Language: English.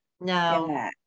No